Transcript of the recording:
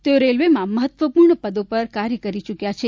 તેઓ રેલવેમાં મહત્વપૂર્ણ પદો પર કાર્ય કરી ચૂક્યા છે